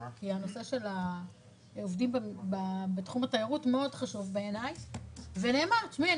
כי הנושא של העובדים בתחום התיירות מאוד חשוב בעיניי ונאמר לי: תשמעי,